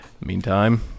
Meantime